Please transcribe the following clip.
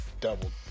doubled